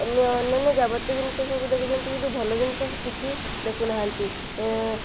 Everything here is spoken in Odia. ଅନ୍ୟ ଅନ୍ୟାନ୍ୟ ଯାବତୀୟ ଜିନିଷ ସବୁ ଦେଖୁଛନ୍ତି କିନ୍ତୁ ଭଲ ଜିନିଷ କିଛି ଦେଖୁନାହାନ୍ତି